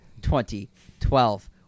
2012